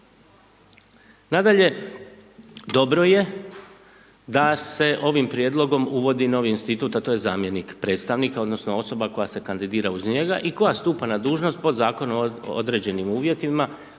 Nadalje, dobro je da se ovim prijedlogom uvodi novi institut, a to je zamjenik predstavnika odnosno osoba koja se kandidira uz njega i koja stupa na dužnost pod zakonom određenim uvjetima,